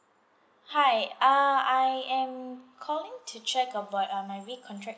hi uh I am calling to check about uh my recontract